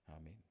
Amen